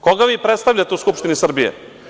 Koga vi predstavljate u Skupštini Srbije.